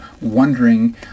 wondering